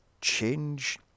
change